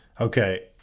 okay